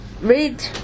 read